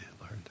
Lord